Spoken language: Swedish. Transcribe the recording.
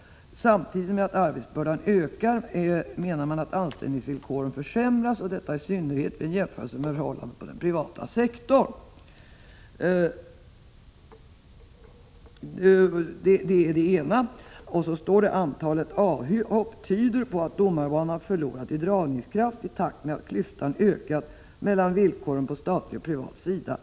Samtidigt med att arbetsbördan ökat menar man att anställningsvillkoren försämras och detta i synnerhet vid en jämförelse med förhållandena på den privata sektorn. — Det är det ena. Sedan står det att antalet avhopp tyder på att domarbanan förlorat sin dragningskraft i takt med att klyftan ökat mellan villkoren på den statliga och den privata sidan.